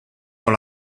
dans